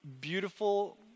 beautiful